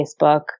Facebook